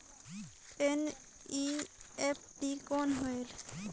NEFT कौन होएल?